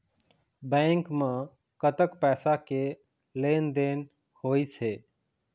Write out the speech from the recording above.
Bank म कतक पैसा के लेन देन होइस हे?